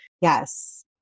Yes